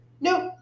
Nope